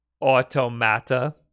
automata